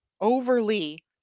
overly